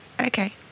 Okay